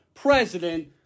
president